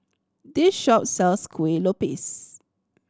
this shop sells Kuih Lopes